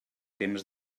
temps